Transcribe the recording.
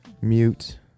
Mute